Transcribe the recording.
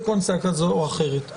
בצורה כזו או אחרת,